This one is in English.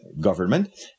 government